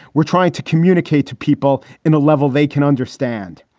we're trying to communicate to people in a level they can understand.